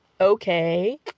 okay